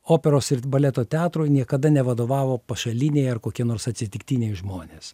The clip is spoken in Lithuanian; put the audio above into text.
operos ir baleto teatrui niekada nevadovavo pašaliniai ar kokie nors atsitiktiniai žmonės